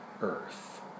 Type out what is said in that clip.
Earth